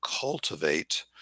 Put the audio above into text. cultivate